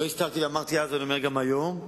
לא הסתרתי ואמרתי אז, ואני אומר גם היום: